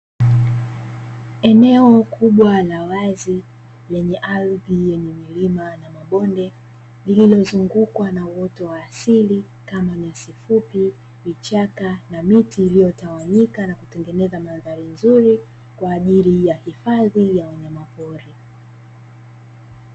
Eneo kubwa la wazi lenye ardhi na milima na mabonde, lilozungukwa na miti pamoja na miti na nyasi fupi kwaajili ya hifadhi ya wanyama pori.